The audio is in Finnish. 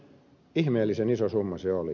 ihmeellisen iso summa se oli